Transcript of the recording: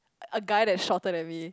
a guy that's shorter than me